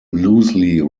loosely